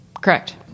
Correct